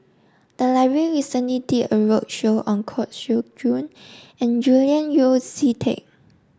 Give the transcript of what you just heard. the library recently did a roadshow on Koh Seow Chuan and Julian Yeo See Teck